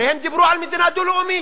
הרי הם דיברו על מדינה דו-לאומית.